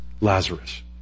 Lazarus